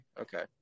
okay